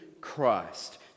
Christ